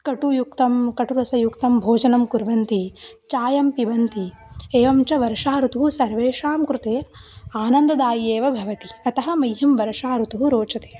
कटुयुक्तं कटुरसंयुक्तं भोजनं कुर्वन्ति चायं पिबन्ति एवं च वर्षाऋतुः सर्वेषां कृते आनन्ददायी एव भवति अतः मह्यं वर्षाऋतुः रोचते